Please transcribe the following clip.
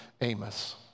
Amos